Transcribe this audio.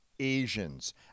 asians